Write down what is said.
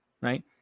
right